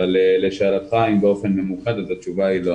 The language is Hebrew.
אבל לשאלתך אם באופן ממוקד, אז התשובה היא לא.